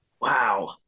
Wow